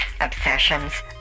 obsessions